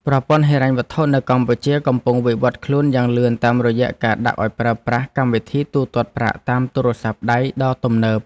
ប្រព័ន្ធហិរញ្ញវត្ថុនៅកម្ពុជាកំពុងវិវត្តខ្លួនយ៉ាងលឿនតាមរយៈការដាក់ឱ្យប្រើប្រាស់កម្មវិធីទូទាត់ប្រាក់តាមទូរស័ព្ទដៃដ៏ទំនើប។